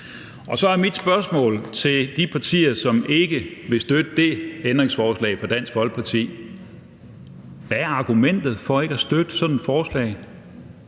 Så er mit spørgsmål til de partier, som ikke vil støtte det ændringsforslag fra Dansk Folkeparti, hvad argumentet er for ikke at støtte sådan et forslag.